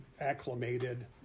acclimated